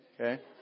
Okay